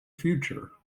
future